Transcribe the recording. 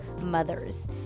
mothers